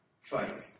fight